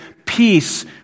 peace